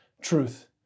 truth